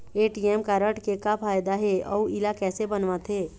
ATM card के का फायदा हे अऊ इला कैसे बनवाथे?